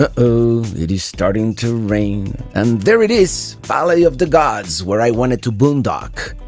ah oh, it is starting to rain. and there it is valley of the gods, where i wanted to boondock.